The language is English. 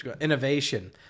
innovation